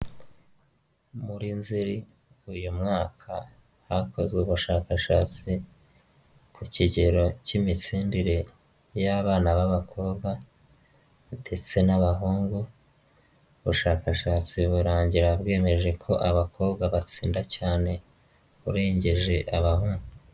Muri nzeri uyu mwaka hakozwe ubushakashatsi ku kigero k'imitsindire y'abana b'abakobwa ndetse n'abahungu ubushakashatsi burangira bwemeje ko abakobwa batsinda cyane urengeje abahungu.